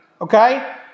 okay